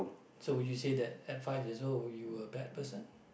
so would you say that at five years old you were a bad person